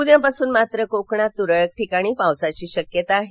उद्यापासून मात्र कोकणात तुरळक ठिकाणी पावसाची शक्यता आहे